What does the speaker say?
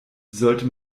sollte